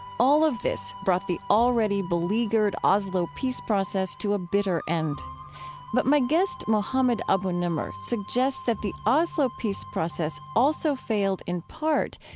all of this brought the already beleaguered oslo peace process to a bitter end but my guest, mohammed abu-nimer, suggests that the oslo peace process also failed, in part,